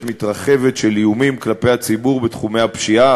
מתרחבת של איומים כלפי הציבור בתחומי הפשיעה,